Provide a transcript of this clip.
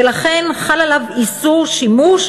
ולכן חל עליו איסור שימוש,